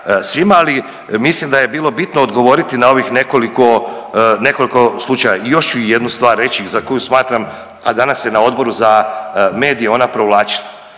svima, ali mislim da je bilo bitno odgovoriti na ovih nekoliko, nekoliko slučajeva. I još ću jednu stvar reći za koju smatram, a danas se na Odboru za medije ona provlačila.